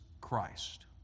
Christ